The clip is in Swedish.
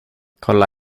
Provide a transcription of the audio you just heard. kolla